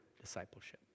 discipleship